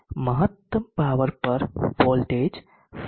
મહત્તમ પાવર પર વોલ્ટેજ 14